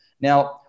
Now